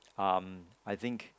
um I think